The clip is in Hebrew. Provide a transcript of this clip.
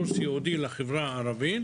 ייעודי לחברה הערבית.